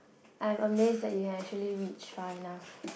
I am amazed that you actually reach far enough